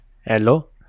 Hello